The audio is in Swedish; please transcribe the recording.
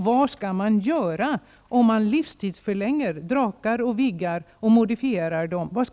Vad skall man göra med JAS-planen om man livstidsförlänger Drakar och Viggar och modifierar dem?